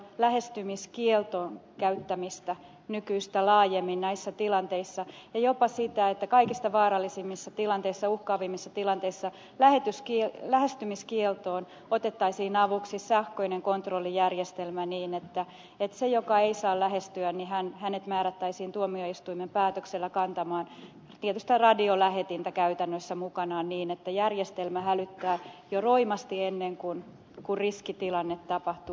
mutta parhaillaan suunnitellaan muutettavaksi lähestymiskiellon käyttämistä nykyistä laajemmin näissä tilanteissa ja jopa sitä että kaikista vaarallisimmissa tilanteissa uhkaavimmissa tilanteissa lähestymiskieltoon otettaisiin avuksi sähköinen kontrollijärjestelmä niin että se joka ei saa lähestyä määrättäisiin tuomioistuimen päätöksellä kantamaan tiettyä radiolähetintä mukanaan käytännössä niin että järjestelmä hälyttää jo roimasti ennen kuin riskitilanne tapahtuu